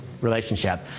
relationship